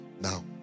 Now